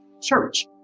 church